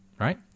Right